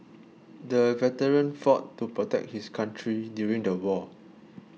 the veteran fought to protect his country during the war